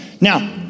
Now